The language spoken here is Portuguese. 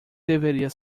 deveria